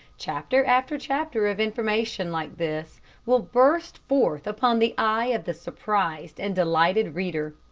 chapter after chapter of information like this will burst forth upon the eye of the surprised and delighted reader.